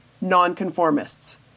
nonconformists